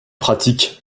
pratique